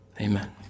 Amen